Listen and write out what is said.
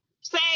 say